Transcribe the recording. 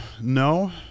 No